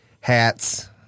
hats